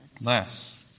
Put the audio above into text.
less